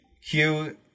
Hugh